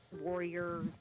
warrior